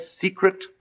secret